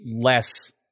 less